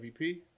MVP